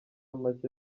make